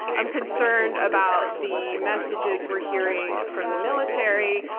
i'm concerned about the messages we're hearing from the military.